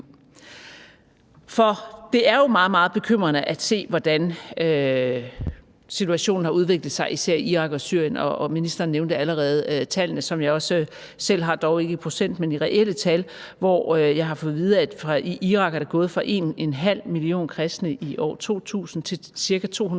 liv. Det er jo meget, meget bekymrende at se, hvordan situationen har udviklet sig især i Irak og Syrien, og ministeren nævnte allerede tallene, som jeg også selv har, dog ikke i procent, men i reelle tal. Jeg har fået at vide, at i Irak er det gået fra 1,5 millioner kristne i år 2000 til ca. 200.000